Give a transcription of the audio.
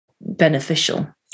beneficial